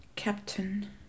Captain